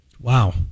Wow